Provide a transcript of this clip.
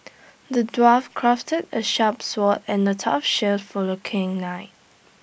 the dwarf crafted A sharp sword and A tough shield for the king knight